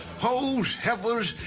ho's, heifers,